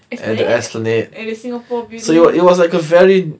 esplanade at a singapore building